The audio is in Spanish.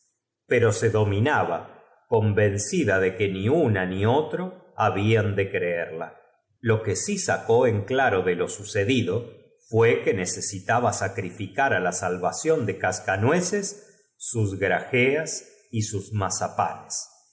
pero se dominaba convencida de que ni una ni ott'o ha durante la noche que siguió á la escena bian de creerla lo que si sacó en claro de j que acabamos de relatar la luna brillaba lo sucedido fué que necesitaba sacrificar á é iluminaba á través de las cortinas la al la salvación de cascanueces sus grajeas coba donde mariquita dormía al lado de y sus mazapanes